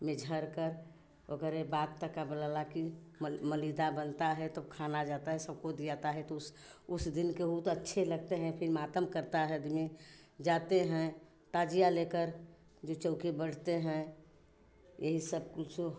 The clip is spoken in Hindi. में झरकर ओकरे बाद का का बोला ला कि मल मलीदा बनता है तब खाना जाता है सबको दियाता है तो उस उस दिन के हूत अच्छे लगते हैं फिर मातम करता है आदमी जाते हैं ताजिया लेकर जो चौकी बैठते हैं यही सब कुछो